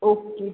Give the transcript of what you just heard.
okay